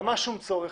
ממש שום צורך,